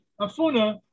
Afuna